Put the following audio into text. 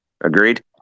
Agreed